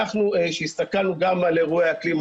אנחנו הסתכלנו גם על אירועי אקלים.